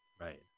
right